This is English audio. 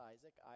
Isaac